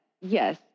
Yes